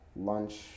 lunch